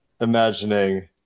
imagining